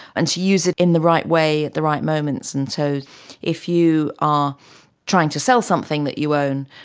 and to use it in the right way at the right moments. and so if you are trying to sell something that you own,